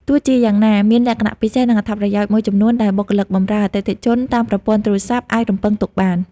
ទោះជាយ៉ាងណា មានលក្ខណៈពិសេស និងអត្ថប្រយោជន៍មួយចំនួនដែលបុគ្គលិកបម្រើអតិថិជនតាមប្រព័ន្ធទូរស័ព្ទ អាចរំពឹងទុកបាន។